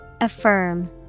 Affirm